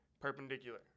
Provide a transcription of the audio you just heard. perpendicular